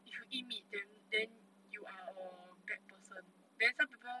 you should eat meat then then you are a bad person then some people